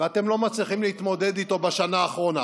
ואתם לא מצליחים להתמודד איתו בשנה האחרונה.